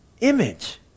image